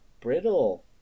brittle